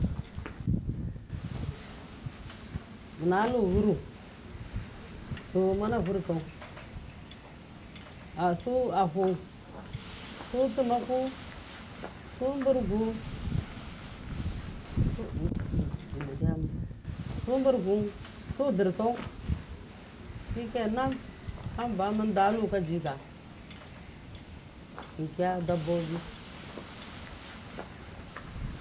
munalu ghtru mana vurkau a su afu su tumaku su burgu su burgu su lhurkau shikenan hamba munda luka jika munkiya dababi.